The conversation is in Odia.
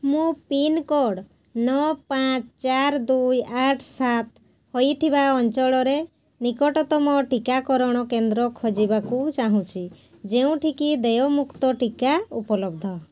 ମୁଁ ପିନ୍କୋଡ଼୍ ନଅ ପାଞ୍ଚ ଚାରି ଦୁଇ ଆଠ ସାତ ହେଇଥିବା ଅଞ୍ଚଳରେ ନିକଟତମ ଟିକାକରଣ କେନ୍ଦ୍ର ଖୋଜିବାକୁ ଚାହୁଁଛି ଯେଉଁଠି କି ଦେୟମୁକ୍ତ ଟିକା ଉପଲବ୍ଧ